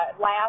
last